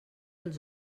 els